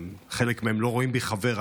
חלק מהם לא רואים בי חבר,